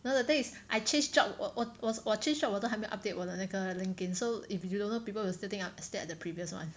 no the thing is I change job 我我我 change job 我都还没有 update 我的那个 LinkedIn so if you don't know people will still think I'm still at the previous [one]